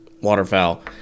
Waterfowl